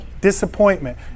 disappointment